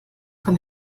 komm